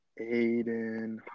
Aiden